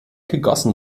gegossen